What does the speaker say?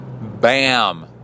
bam